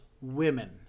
women